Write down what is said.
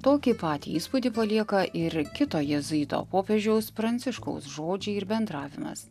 tokį patį įspūdį palieka ir kito jėzuito popiežiaus pranciškaus žodžiai ir bendravimas